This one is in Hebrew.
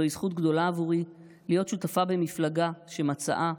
זוהי זכות גדולה עבורי להיות שותפה במפלגה שמצעה,